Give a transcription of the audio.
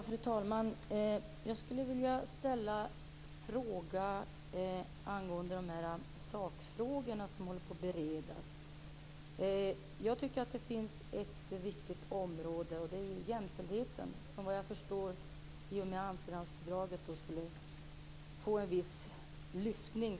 Fru talman! Jag skulle vilja ställa en fråga angående de sakfrågor som håller på att beredas. Ett viktigt område är jämställdheten. I och med Amsterdamfördraget skulle det få en viss lyftning.